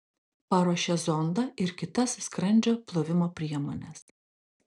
paruošia zondą ir kitas skrandžio plovimo priemones